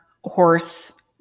horse